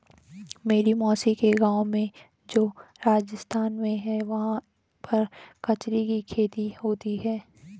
मेरी मौसी के गाँव में जो राजस्थान में है वहाँ पर कचरी की खेती होती है